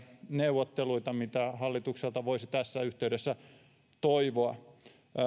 neuvotteluista mitä hallitukselta voisi tässä yhteydessä toivoa